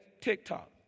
TikTok